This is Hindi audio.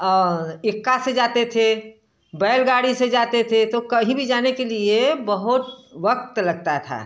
और इक्का से जाते थे बैलगाड़ी से जाते थे तो कहीं भी जाने के लिए बहुत वक्त लगता था